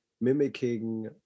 mimicking